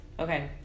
Okay